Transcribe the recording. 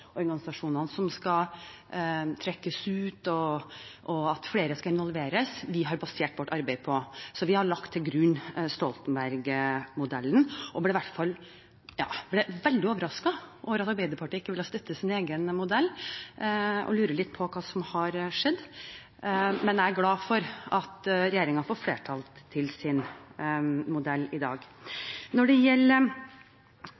flere skal involveres, som vi har basert vårt arbeid på. Vi har lagt til grunn Stoltenberg-modellen. Vi ble veldig overrasket over at Arbeiderpartiet ikke ville støtte sin egen modell og lurer litt på hva som har skjedd, men jeg er glad for at regjeringen får flertall for sin modell i